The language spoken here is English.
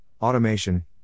Automation